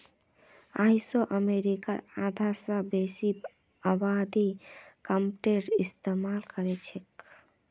आइझो अमरीकार आधा स बेसी आबादी ई कॉमर्सेर इस्तेमाल करछेक